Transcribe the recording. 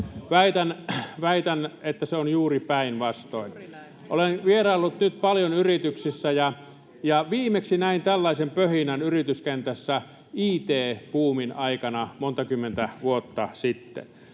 Väitän, että se on juuri päinvastoin. Olen vieraillut nyt paljon yrityksissä, ja viimeksi näin tällaisen pöhinän yrityskentässä it-buumin aikana monta kymmentä vuotta sitten.